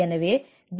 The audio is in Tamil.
எனவே டி